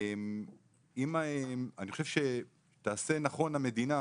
אני חושב שתעשה נכון המדינה